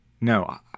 No